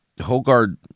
Hogard